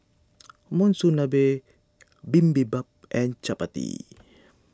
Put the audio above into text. Monsunabe Bibimbap and Chapati